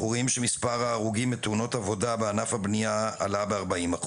אנחנו רואים שמספר ההרוגים מתאונות עבודה בענף הבנייה עלה ב-40%,